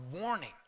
warning